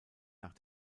nach